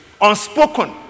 unspoken